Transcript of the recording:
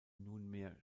nunmehr